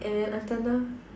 and then until now